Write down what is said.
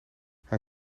hij